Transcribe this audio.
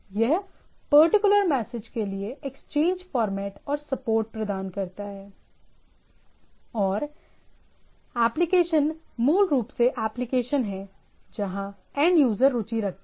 यह particular message के लिए एक्सचेंज फॉर्मेट और सपोर्ट प्रदान करता है और एप्लिकेशन मूल रूप से एप्लिकेशन है जहां एंड यूजर रुचि रखता है